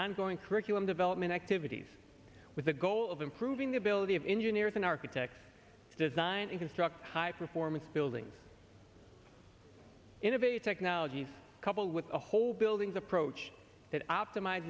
ongoing curriculum development activities with the goal of improving the ability of engineers an architect to design and construct high performance buildings innovate technologies couple with a whole building's approach that optimize